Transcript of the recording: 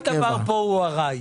כל דבר פה הוא עראי.